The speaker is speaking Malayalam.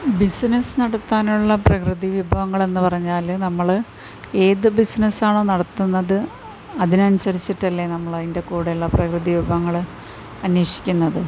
ബിസ്സിനസ്സ് നടത്താനുള്ള പ്രകൃതി വിഭവങ്ങളെന്ന് പറഞ്ഞാൽ നമ്മൾ ഏത് ബിസിനസ്സ് ആണോ നടത്തുന്നത് അതിനനുസരിച്ചിട്ടല്ലേ നമ്മൾ അതിൻ്റെ കൂടെ ഉള്ള പ്രകൃതി വിഭവങ്ങൾ അന്വേഷിക്കുന്നത്